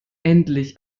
endlich